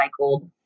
recycled